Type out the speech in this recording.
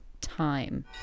time